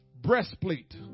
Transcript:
breastplate